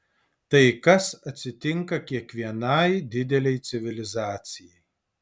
tai kas atsitinka kiekvienai didelei civilizacijai